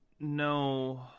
No